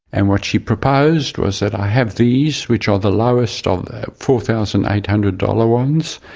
and what she proposed was that i have these which are the lowest um four thousand eight hundred dollars ones,